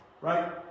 right